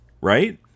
right